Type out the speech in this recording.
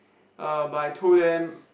er but I told them